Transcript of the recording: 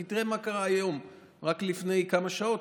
כי תראה מה קרה היום רק לפני כמה שעות.